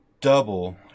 double